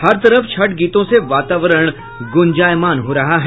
हर तरफ छठ गीतों से वातावरण गुंजायमान हो रहा है